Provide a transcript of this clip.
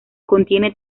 contiene